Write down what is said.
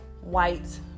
white